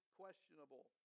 questionable